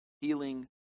healing